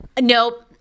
Nope